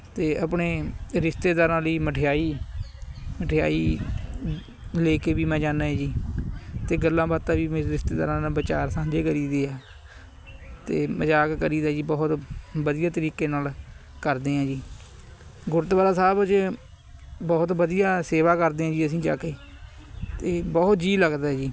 ਅਤੇ ਆਪਣੇ ਰਿਸ਼ਤੇਦਾਰਾਂ ਲਈ ਮਠਿਆਈ ਮਠਿਆਈ ਲੈ ਕੇ ਵੀ ਮੈਂ ਜਾਨਾ ਏ ਜੀ ਅਤੇ ਗੱਲਾਂ ਬਾਤਾਂ ਵੀ ਮੇਰੇ ਰਿਸ਼ਤੇਦਾਰਾਂ ਨਾਲ ਵਿਚਾਰ ਸਾਂਝੇ ਕਰੀਦੇ ਆ ਅਤੇ ਮਜ਼ਾਕ ਕਰੀਦਾ ਜੀ ਬਹੁਤ ਵਧੀਆ ਤਰੀਕੇ ਨਾਲ ਕਰਦੇ ਹਾਂ ਜੀ ਗੁਰਦੁਆਰਾ ਸਾਹਿਬ 'ਚ ਬਹੁਤ ਵਧੀਆ ਸੇਵਾ ਕਰਦੇ ਹਾਂ ਜੀ ਅਸੀਂ ਜਾ ਕੇ ਅਤੇ ਬਹੁਤ ਜੀ ਲੱਗਦਾ ਜੀ